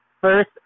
First